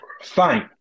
Fine